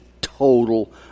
total